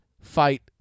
fight